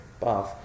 bath